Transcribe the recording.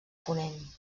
ponent